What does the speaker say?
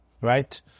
right